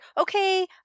okay